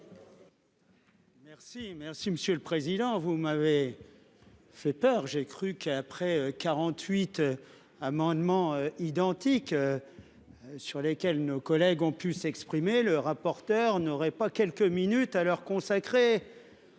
Merci, merci Monsieur le Président, vous m'avez. Fait peur j'ai cru qu'après 48 amendements identiques. Sur lesquels nos collègues ont pu s'exprimer, le rapporteur n'aurait pas quelques minutes à leur consacrer.